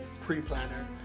pre-planner